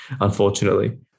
unfortunately